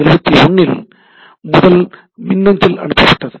1971இல் முதல் மின்னஞ்சல் அனுப்பப்பட்டது